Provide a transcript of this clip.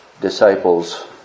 disciples